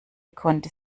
konnte